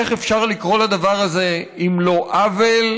איך אפשר לקרוא לדבר הזה אם לא עוול,